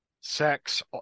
sex